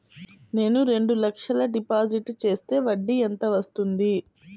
నేను రెండు లక్షల డిపాజిట్ చేస్తే వడ్డీ ఎంత వస్తుంది?